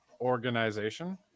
organization